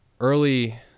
early